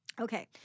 Okay